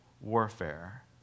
warfare